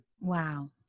Wow